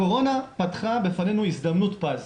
הקורונה פתחה בפנינו הזדמנות פז,